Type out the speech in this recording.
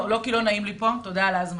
לא כי לא נעים לי פה, תודה על ההזמנה,